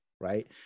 right